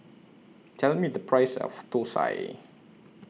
Tell Me The Price of Thosai